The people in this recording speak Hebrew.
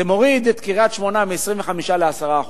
זה מוריד את קריית-שמונה מ-25% ל-10%,